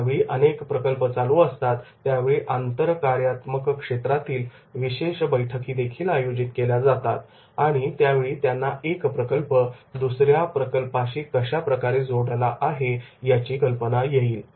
ज्यावेळी अनेक प्रकल्प चालू असतात त्यावेळी आंतर कार्यात्मक क्षेत्रातील विशेष बैठकीदेखीलआयोजित केल्या जातात आणि त्यावेळी त्यांना एक प्रकल्प दुसऱ्या प्रकल्पाशी कशा प्रकारे जोडला आहे याची कल्पना येईल